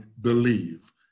believe